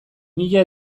mila